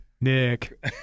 Nick